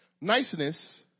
niceness